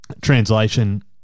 Translation